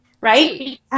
right